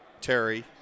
Terry